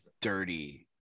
dirty